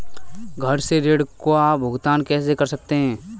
घर से ऋण का भुगतान कैसे कर सकते हैं?